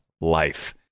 life